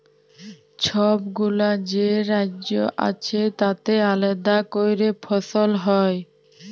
ছবগুলা যে রাজ্য আছে তাতে আলেদা ক্যরে ফসল হ্যয়